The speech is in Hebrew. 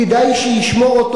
כדאי שישמור,